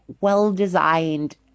well-designed